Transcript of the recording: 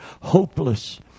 hopeless